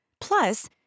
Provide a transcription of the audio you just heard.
Plus